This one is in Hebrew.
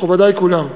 מכובדי כולם,